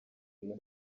uyu